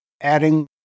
adding